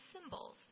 symbols